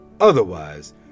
otherwise